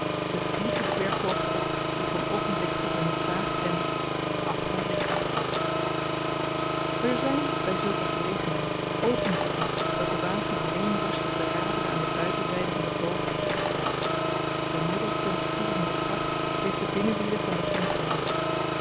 ze vliegen de berghoogte op die ge een oogenblik vroeger niet zaagt en de afgrond ligt achter u er zyn by zulke gelegenheid oogenblikken dat de wagen alleen rust op de raderen aan de buitenzyde van den boog dien ge beschryft de middelpuntvliedende kracht heeft de binnenwielen van den grond geheven